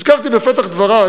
הזכרתי בפתח דברי